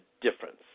difference